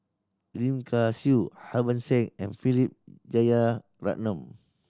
Lim Kay Siu Harbans Singh and Philip Jeyaretnam